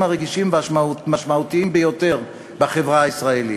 הרגישים והמשמעותיים ביותר בחברה הישראלית.